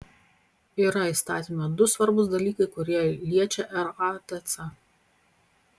yra įstatyme du svarbūs dalykai kurie liečia ratc